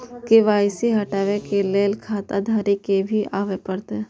KYC हटाबै के लैल खाता धारी के भी आबे परतै?